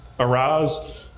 Arise